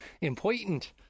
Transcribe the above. Important